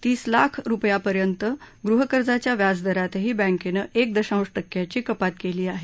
तीस लाख रुपयांपर्यंत गृहकर्जाच्या व्याजदरातही बँकेनं क्रि दशांश टक्क्याची कपात केली आहे